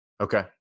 Okay